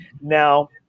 Now